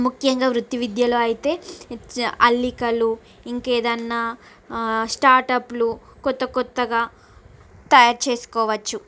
ముఖ్యంగా వృత్తి విద్యలో అయితే అల్లికలు ఇంకేదన్నా స్టార్టప్లు కొత్త కొత్తగా తయారు చేసుకోవచ్చు